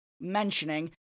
mentioning